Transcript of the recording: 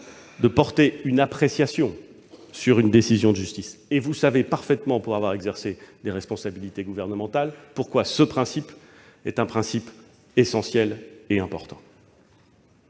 de porter une appréciation sur une décision de justice. De même, vous savez parfaitement, pour avoir exercé des responsabilités gouvernementales, pourquoi ce principe est essentiel et important.